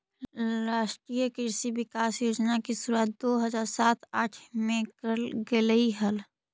राष्ट्रीय कृषि विकास योजना की शुरुआत दो हज़ार सात आठ में करल गेलइ हल